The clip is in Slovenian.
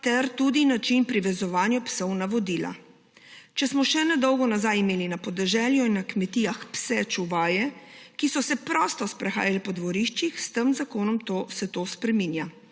ter tudi način privezovanja psov na vodila. Če smo še nedolgo nazaj imeli na podeželju in na kmetijah pse čuvaje, ki so se prosto sprehajali po dvoriščih, se s tem zakonom to spreminja.